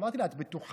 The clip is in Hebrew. אמרתי לה: את בטוחה?